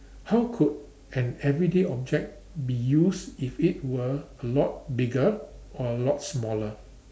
how could an everyday object be used if it were a lot bigger or a lot smaller